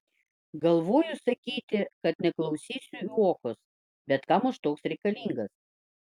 galvoju sakyti kad neklausysiu uokos bet kam aš toks reikalingas